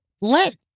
let